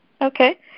Okay